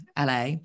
LA